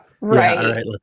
Right